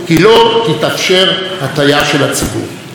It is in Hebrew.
אנו רואים במקומות שונים כיצד הוויכוח,